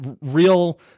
real